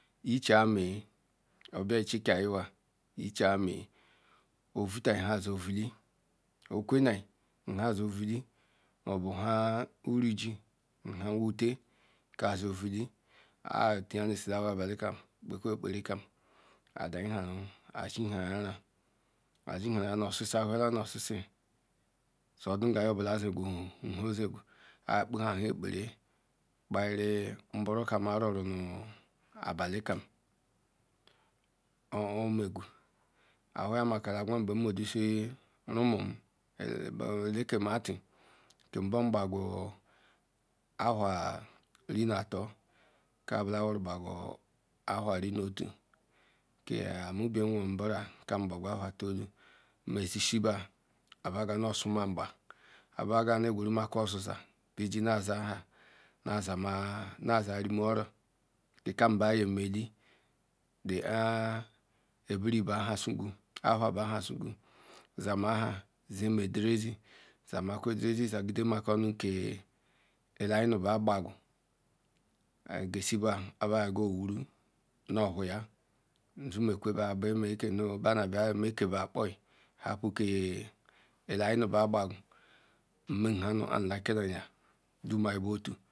Ech, ame obuya uche ka ayi wa echi ame ovile hu ze ovile okule hia ze ovile mobile hia aruju hu wute ka ze ovile, a tear nu esitary abaile Ram potke kepe key akeperti kam hue denwon a ziahayara nuosisi, ahuyala nu osisi su ga nycubufe segu her segu akepara parie mbor ram my roro la balik rerm ook ha megu, alumakula mu dusi rumum le ke mati ki mbum pagu aha irenator ra bularu pagu irenustu ri amubie owu bara pagy the tulu mesi mba ba baga nu suma mgba hia mba ga nu guru maku ozeziza bi ji na za hie, naza ma rieme oro kion Priba yr emely le aberi mba hesudu, aher mba hecudy zama hi zama ku telerazi zade maku ma ke le nyehele ba bakgu ehi gasi ba gi nu uwaru nu lhuya husu nu kewe ba me ki mbapo hapu ki nyoule mba bakgu.